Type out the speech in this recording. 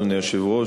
אדוני היושב-ראש,